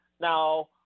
now